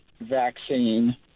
vaccine